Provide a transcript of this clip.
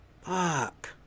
fuck